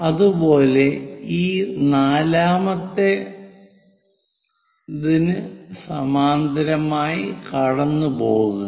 അതുപോലെ ഈ നാലാമത്തേതിന് സമാന്തരമായി കടന്നുപോകുക